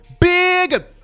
big